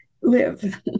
live